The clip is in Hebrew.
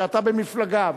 שאתה במפלגה,